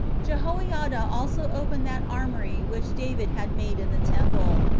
jehoiada also opened that armory which david had made in the temple,